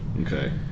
Okay